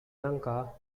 lanka